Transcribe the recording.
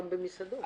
זה גם במסעדות,